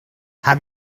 have